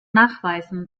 nachweisen